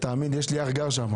תאמין לי, יש לי אח שגר שמה.